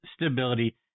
stability